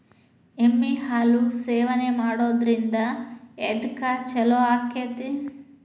ಎಮ್ಮಿ ಹಾಲು ಸೇವನೆ ಮಾಡೋದ್ರಿಂದ ಎದ್ಕ ಛಲೋ ಆಕ್ಕೆತಿ?